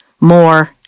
more